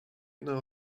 know